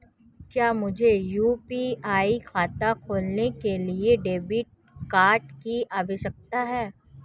क्या मुझे यू.पी.आई खाता खोलने के लिए डेबिट कार्ड की आवश्यकता है?